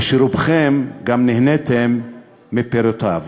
ושרובכם גם נהניתם מפירותיהם?